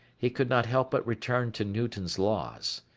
he could not help but return to newton's laws.